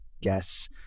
guess